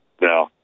No